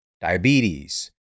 diabetes